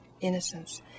innocence